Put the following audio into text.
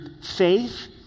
faith